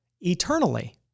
eternally